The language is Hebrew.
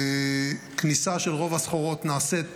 והכניסה של רוב הסחורות נעשית